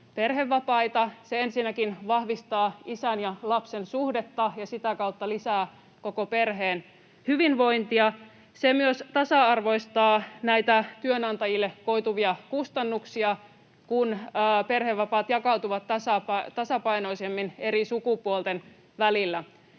perhevapaita, se ensinnäkin vahvistaa isän ja lapsen suhdetta ja sitä kautta lisää koko perheen hyvinvointia mutta myös tasa-arvoistaa näitä työnantajille koituvia kustannuksia, kun perhevapaat jakautuvat tasapainoisemmin eri sukupuolten välillä.